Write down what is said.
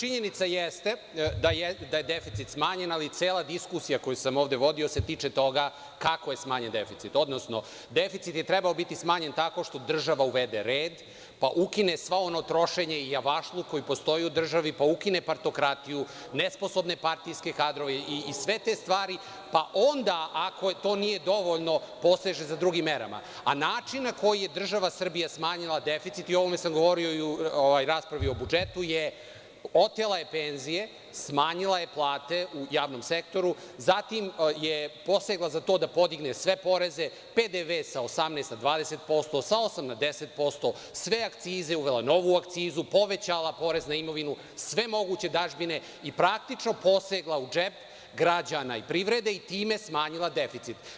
Činjenica jeste da je deficit smanjen, ali cela diskusija koju sam ovde vodio tiče se toga kako je smanjen deficit, odnosno deficit je trebalo da bude smanjen tako što država uvede red, pa ukine sva ona trošenja i javašluk koji postoji u državi, pa ukine partokratiju, nesposobne partijske kadrove i sve te stvari, pa onda ako to nije dovoljno, poseže za drugim merama, a način na koji je država Srbija smanjila deficit, a o ovome sam govorio i u raspravi o budžetu, otela je penzije, smanjila je plate u javnom sektoru, zatim je posegla za tim da podigne sve poreze, PDV sa 18% na 20%, sa 8% na 10%, sve akcize uvela novu akcizu, povećala porez na imovinu, sve moguće dažbine i praktično posegla u džep građana i privrede i time smanjili deficit.